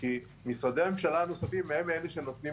כי משרדי הממשלה הנוספים הם אלה שנותנים